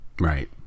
Right